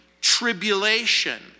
tribulation